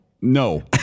No